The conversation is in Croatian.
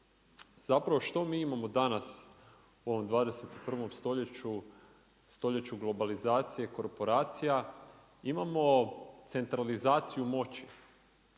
Zapravo što mi imamo danas u ovom 21. stoljeću, stoljeću globalizacije korporacija? Imamo centralizaciju moći,